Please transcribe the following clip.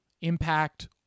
impact